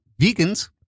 vegans